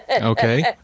Okay